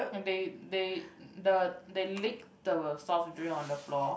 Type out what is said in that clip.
they they the they lick the soft drink on the floor